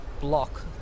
block